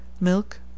milk